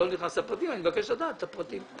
אני לא נכנס לפרטים ואני מבקש לדעת אותם.